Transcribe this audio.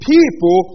People